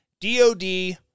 DOD